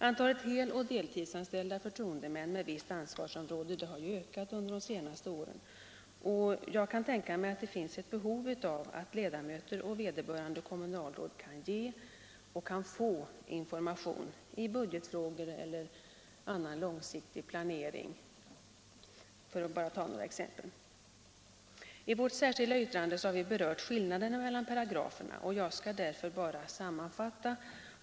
Antalet hel och deltidsanställda förtroendemän med visst ansvarsområde har ökat under de senaste åren, och jag kan tänka mig att det finns ett behov av att ledamöter och vederbörande kommunalråd kan ge och få information i budgetfrågor eller annan långsiktig planering, för att ta några exempel. I vårt särskilda yttrande har vi berört skillnaderna mellan paragraferna, och jag skall därför bara sammanfatta.